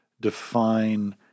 define